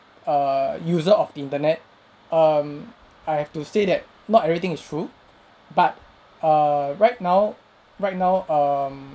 err user of the internet um I have to say that not everything is true but err right now right now um